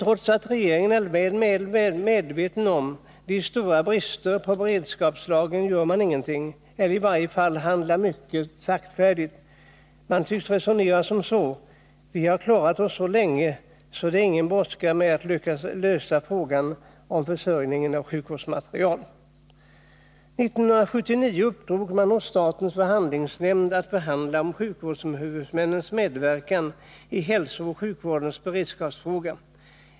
Trots att regeringen är väl medveten om de stora bristerna i fråga om beredskapslagringen gör man ingenting. I varje fall handlar man mycket saktfärdigt. Man tycks resonera som så: Vi har klarat oss så länge att det inte är någon brådska med att lösa frågan om försörjningen av sjukvårdsmateriel. År 1979 uppdrogs åt statens förhandlingsnämnd att förhandla om sjukvårdshuvudmännens medverkan i hälsooch sjukvårdens beredskapsfrågor.